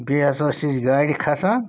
بیٚیہِ ہسا ٲسۍ أسۍ گاڑِ کھَسان